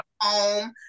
home